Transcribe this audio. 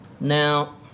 Now